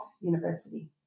university